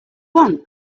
want